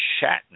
Shatner